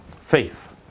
faith